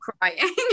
crying